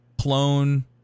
clone